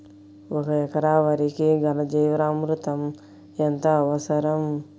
ఒక ఎకరా వరికి ఘన జీవామృతం ఎంత అవసరం?